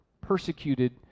persecuted